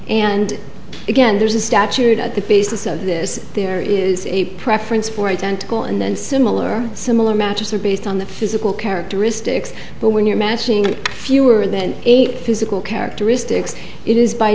and again there's a statute at the basis of this there is a preference for identical and then similar similar magister based on the physical characteristics but when you're mashing fewer than eight physical characteristics it is by